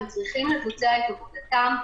הם צריכים לבצע את עבודתם.